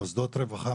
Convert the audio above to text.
מוסדות רווחה,